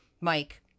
Mike